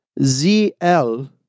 ZL